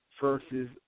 versus